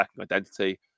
identity